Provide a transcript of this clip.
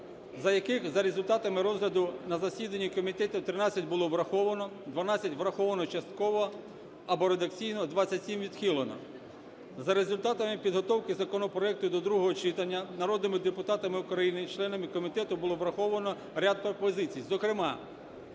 з яких, за результатами розгляду на засіданні комітету, 13 було враховано, 12 – враховано частково або редакційно, 27 – відхилено. За результатами підготовки законопроекту до другого читання народними депутатами України і членами комітету було враховано ряд пропозицій. Зокрема: